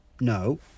No